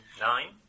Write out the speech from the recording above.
Nine